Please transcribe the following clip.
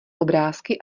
obrázky